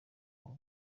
abo